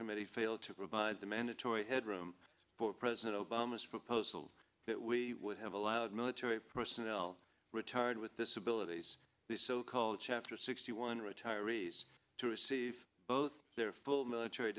committee failed to provide the mandatory headroom for president obama's proposal that we would have allowed military personnel retired with this abilities the so called chapter sixty one retirees to receive both their full military